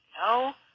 no